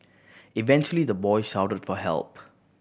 eventually the boy shouted for help